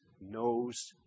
knows